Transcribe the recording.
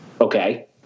Okay